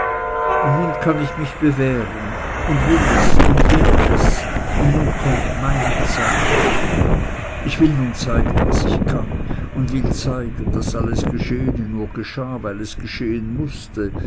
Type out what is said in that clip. und nun kann ich mich bewähren und will es und werd es und nun kommt meine zeit ich will nun zeigen was ich kann und will zeigen daß alles geschehene nur geschah weil es geschehen mußte